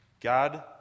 God